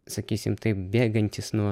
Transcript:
sakysim taip bėgantys nuo